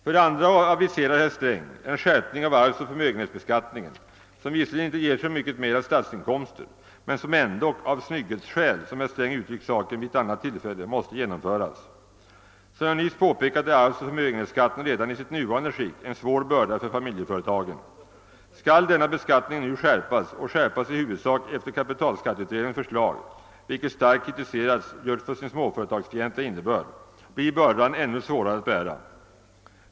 Vidare aviserar herr Sträng en skärpning av arvsoch förmögenhetsbeskattningen, som visserligen inte ger så mycket större statsinkomster men som ändå av snygghetsskäl — som herr Sträng uttryckt saken vid ett annat tillfälle — måste genomföras. Som jag nyss påpekat är arvsoch förmögenhetsskatten redan i sitt nuvarande skick en svår börda för familjeföretagen. Skall denna beskattning nu skärpas i huvudsak enligt kapitalskatteutredningens förslag, vilket starkt kritiserats just för sin småföretagsfientliga innebörd, blir bördan ännu svårare att bära.